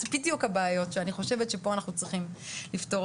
אלה בדיוק הבעיות שאנחנו צריכים לפתור.